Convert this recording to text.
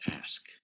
ask